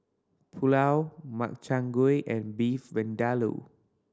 Pulao Makchang Gui and Beef Vindaloo